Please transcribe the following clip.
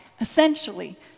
Essentially